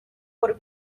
por